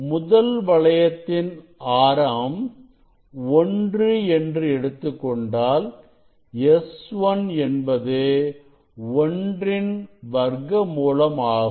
முதல் வளையத்தின் ஆரம் 1 என்று எடுத்துக் கொண்டால் S1 என்பது ஒன்றின் வர்க்கமூலம் ஆகும்